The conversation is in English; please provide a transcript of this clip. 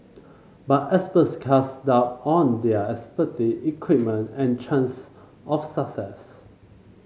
but experts cast doubt on their expertise equipment and chance of success